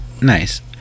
nice